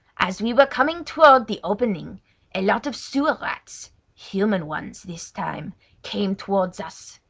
as we were coming toward the opening a lot of sewer rats human ones this time came towards us.